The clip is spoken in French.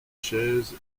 chaise